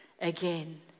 again